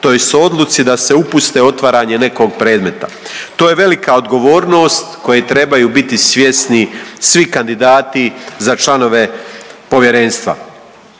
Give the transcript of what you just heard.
tj. odluci da se upuste u otvaranje nekog predmeta. To je velika odgovornost koje trebaju biti svjesni svi kandidati za članove povjerenstva.